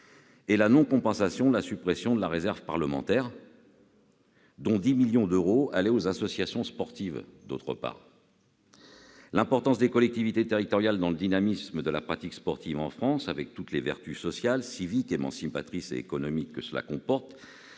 de la non-compensation de la suppression de la réserve parlementaire, dont 10 millions d'euros allaient aux associations sportives ! L'importance des collectivités territoriales dans le dynamisme de la pratique sportive en France, avec toutes les vertus sociales, civiques, émancipatrices et économiques que cela comporte,